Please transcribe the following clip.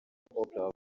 oprah